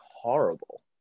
horrible